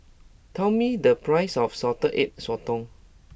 tell me the price of Salted Egg Sotong